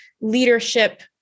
leadership